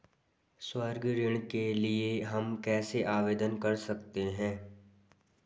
स्वर्ण ऋण के लिए हम कैसे आवेदन कर सकते हैं?